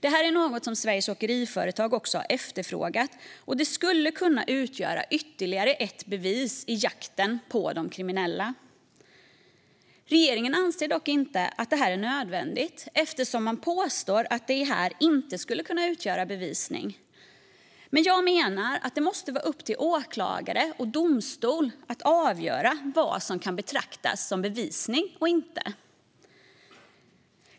Det här är något som även Sveriges Åkeriföretag har efterfrågat, och det skulle kunna utgöra ytterligare ett bevis i jakten på de kriminella. Regeringen anser dock inte att det här är nödvändigt, eftersom man påstår att det inte skulle kunna utgöra bevisning. Men jag menar att det måste vara upp till åklagare och domstol att avgöra vad som kan betraktas som bevisning och inte.